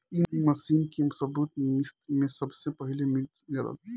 ए machine के सबूत मिस्र में सबसे पहिले मिलल